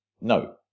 no